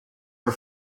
her